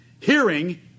Hearing